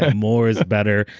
ah more is better.